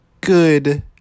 good